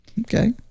okay